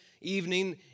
evening